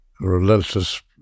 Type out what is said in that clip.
relentless